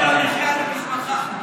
המחיה למשפחה.